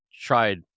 tried